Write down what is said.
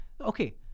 Okay